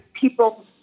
people